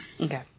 Okay